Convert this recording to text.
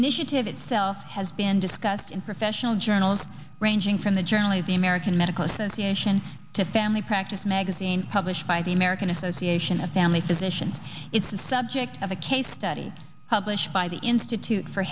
initiative itself has been discussed in professional journals ranging from the journal of the american medical association to family practice magazine published by the american association of family physicians it's the subject of a case study published by the institute for